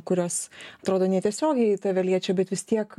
kurios atrodo netiesiogiai tave liečia bet vis tiek